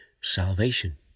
salvation